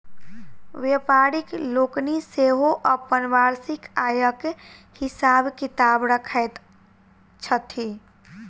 व्यापारि लोकनि सेहो अपन वार्षिक आयक हिसाब किताब रखैत छथि